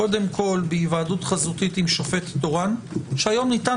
קודם כל בהיוועדות חזותית עם שופט תורן והיום ניתן